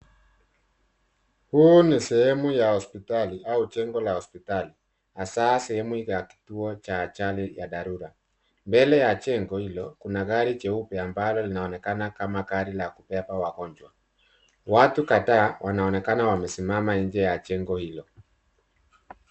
Huu ni sehemu ya hospitali au jengo la hospitali hasa sehemu ya kituo cha ajali ya dharura. Mbele ya jengo hilo, kuna gari jeupe ambalo linaonekana kama gari la kubeba wagonjwa. Watu kadhaa wanaonekana wamesimama nje ya jengo hilo.